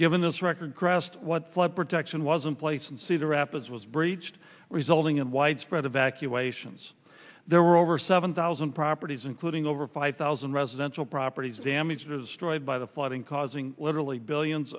given this record crest what flood protection was and place in cedar rapids was breached resulting in widespread evacuations there were over seven thousand properties including over five thousand residential properties damaged or destroyed by the flooding causing literally billions